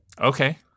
Okay